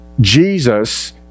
Jesus